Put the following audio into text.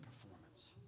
performance